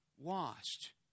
washed